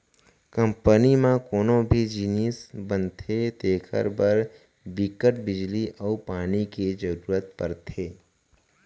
company म कोनो भी जिनिस बनथे तेखर बर बिकट बिजली अउ पानी के जरूरत परथे